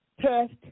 test